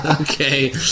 Okay